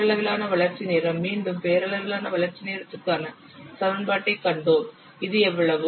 பெயரளவிலான வளர்ச்சி நேரம் மீண்டும் பெயரளவிலான வளர்ச்சி நேரத்திற்கான சமன்பாட்டைக் கண்டோம் இது எவ்வளவு